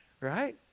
Right